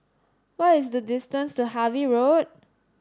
what is the distance to Harvey Road